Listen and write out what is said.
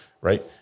right